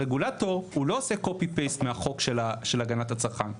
הרגולטור הוא לא עושה copy paste מהחוק להגנת הצרכן,